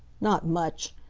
not much!